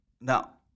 Now